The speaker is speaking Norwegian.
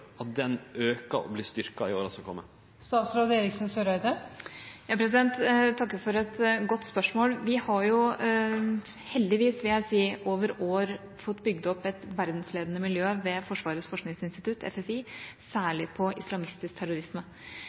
at den forskinga vert auka og styrkt i åra som kjem? Jeg takker for et godt spørsmål. Vi har jo heldigvis, vil jeg si, over år fått bygd opp et verdensledende miljø ved Forsvarets forskningsinstitutt, FFI, særlig på islamistisk terrorisme.